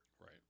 Right